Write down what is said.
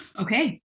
Okay